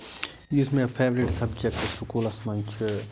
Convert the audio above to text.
یُس مےٚ favourite subject سُکوٗلس منٛز چھُ